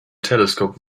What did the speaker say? telescope